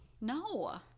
No